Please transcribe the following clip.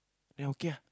then okay ah